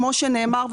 כמו שנאמר,